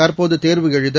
தற்போது தேர்வு எழுத